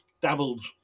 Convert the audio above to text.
dabbled